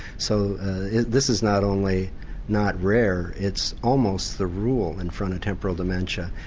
so this is not only not rare, it's almost the rule in frontotemporal dementia.